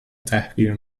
تحقیر